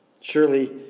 Surely